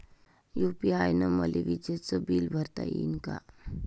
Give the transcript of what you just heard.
UPI न मले विजेचं बिल भरता यीन का?